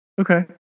Okay